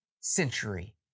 century